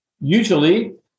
Usually